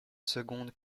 seconde